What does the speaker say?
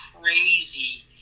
crazy